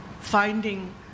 finding